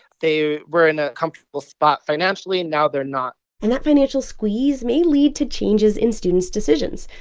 they were in a comfortable spot, financially. and now, they're not and that financial squeeze may lead to changes in students' decisions.